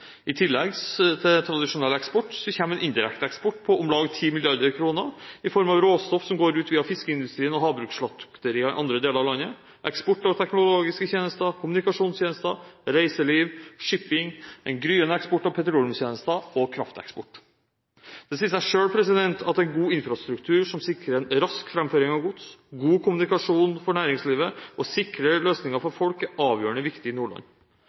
I tillegg til tradisjonell eksport kommer en indirekte eksport på om lag 10 mrd. kr i form av råstoff som går ut via fiskeindustrien og havbruksslakterier i andre deler av landet, eksport av teknologiske tjenester, kommunikasjonstjenester, reiseliv, shipping, en gryende eksport av petroleumstjenester og krafteksport. Det sier seg selv at en god infrastruktur som sikrer en rask framføring av gods, god kommunikasjon for næringslivet og sikre løsninger for folk er avgjørende viktig i Nordland.